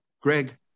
Greg